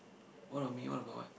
what on me what about what